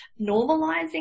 normalizing